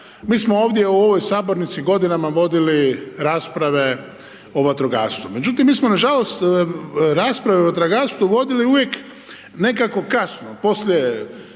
mi smo ovdje u ovoj sabornici, godinama vodili rasprave o vatrogastvu. Međutim, mi smo nažalost, rasprave o vatrogastvu vodili uvijek, nekako kasno, poslije